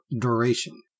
duration